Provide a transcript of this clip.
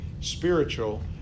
spiritual